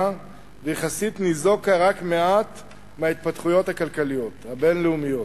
ויחסית ניזוקה רק מעט מההתפתחויות הכלכליות הבין-לאומיות.